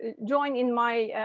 ah join in my